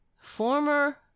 Former